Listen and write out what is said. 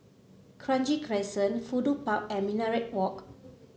Kranji Crescent Fudu Park and Minaret Walk